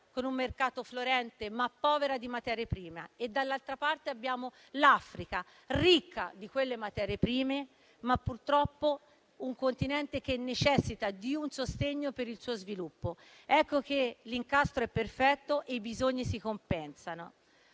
con un mercato fiorente ma povera di materie prime e dall'altra parte l'Africa ricca di quelle materie prime, ma che purtroppo è un continente che necessita di un sostegno per il suo sviluppo. Ecco che l'incastro è perfetto e i bisogni si compensano.